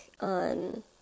on